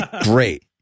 great